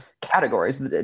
categories